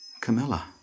Camilla